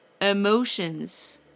emotions